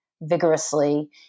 vigorously